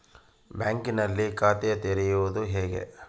ಬ್ಯಾಂಕಿನಲ್ಲಿ ಖಾತೆ ತೆರೆಯುವುದು ಹೇಗೆ?